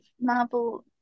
Marvel